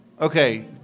Okay